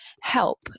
help